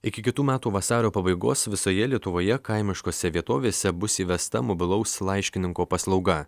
iki kitų metų vasario pabaigos visoje lietuvoje kaimiškose vietovėse bus įvesta mobilaus laiškininko paslauga